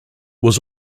was